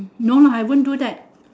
no lah I won't do that